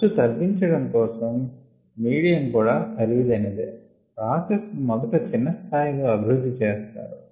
ఖర్చు తగ్గించటం కోసం మీడియం కూడా ఖరీదైనదే ప్రాసెస్ ను మొదట చిన్న స్థాయి లో అభివృద్ధి చేస్తారు